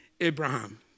Abraham